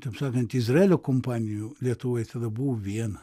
taip sakant izraelio kompanijų lietuvoj tada buvo viena